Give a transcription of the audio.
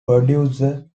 producer